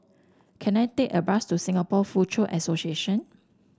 can I take a bus to Singapore Foochow Association